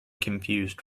confused